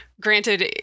granted